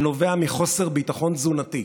שנובע מחוסר ביטחון תזונתי,